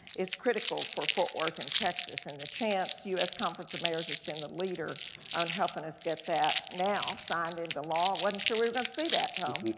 is critical for fort worth and texas and the chance u s. conference of mayors has been the leader on helping us get that now signed into law. wasn't sure we were gonna see that, tom.